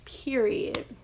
period